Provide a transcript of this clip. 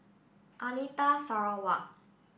Anita Sarawak